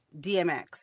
DMX